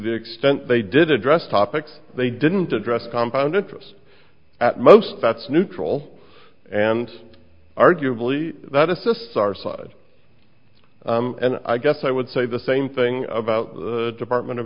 the extent they did address topics they didn't address compound interest at most that's neutral and arguably that assists our side and i guess i would say the same thing about the department of